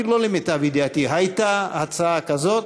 אפילו לא למיטב ידיעתי: הייתה הצעה כזאת,